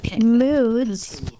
moods